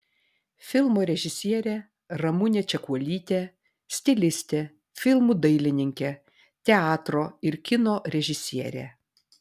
filmo režisierė ramunė čekuolytė stilistė filmų dailininkė teatro ir kino režisierė